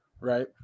right